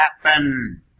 happen